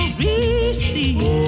receive